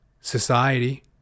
society